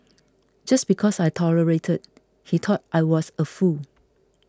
just because I tolerated he thought I was a fool